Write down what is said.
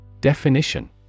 Definition